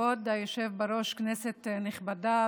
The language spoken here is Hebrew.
כבוד היושב-בראש, כנסת נכבדה,